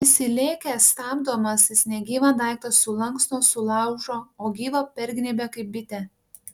įsilėkęs stabdomas jis negyvą daiktą sulanksto sulaužo o gyvą pergnybia kaip bitę